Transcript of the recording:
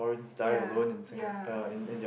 ya ya